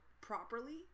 properly